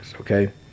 okay